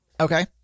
Okay